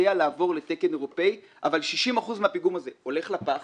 לעבור לתקן אירופי אבל 60% מהפיגום הזה הולך לפח